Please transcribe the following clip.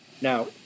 Now